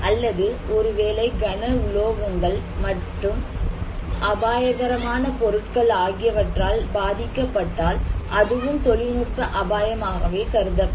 அல்லது ஒருவேளை கன உலோகங்கள் அல்லது அபாயகரமான பொருட்கள் ஆகியவற்றால் பாதிக்கப்பட்டால் அதுவும் தொழில்நுட்ப அபாயம் ஆகவே கருதப்படும்